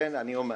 לכן אני אומר: